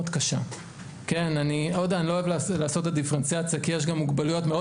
אני לא אוהב לעשות את הדיפרנציאציה כי יש מוגבלויות מאוד